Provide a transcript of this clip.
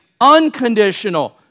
unconditional